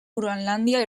groenlàndia